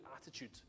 attitude